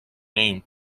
name